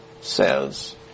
says